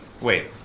Wait